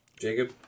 Jacob